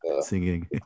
singing